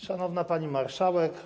Szanowna Pani Marszałek!